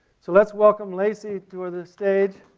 so let's welcome lacey to ah the stage,